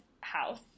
house